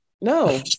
No